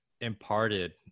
imparted